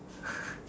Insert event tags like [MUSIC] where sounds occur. [BREATH]